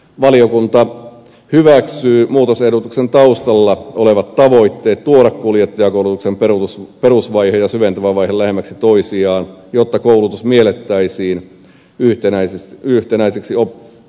valiokunta hyväksyy muutosehdotuksen taustalla olevat tavoitteet tuoda kuljettajakoulutuksen perusvaihe ja syventävä vaihe lähemmäksi toisiaan jotta koulutus miellettäisiin yhtenäiseksi oppimistapahtumaksi